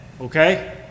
Okay